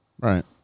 Right